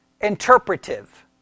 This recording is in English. interpretive